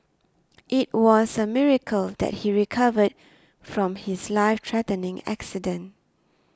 it was a miracle that he recovered from his life threatening accident